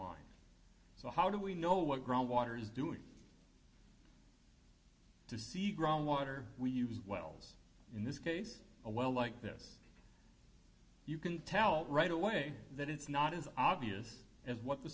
mind so how do we know what groundwater is doing to see groundwater we use wells in this case a well like this you can tell right away that it's not as obvious as what the